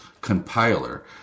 compiler